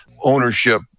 ownership